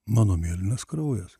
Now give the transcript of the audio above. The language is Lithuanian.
mano mėlynas kraujas